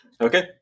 Okay